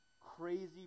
crazy